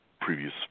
previous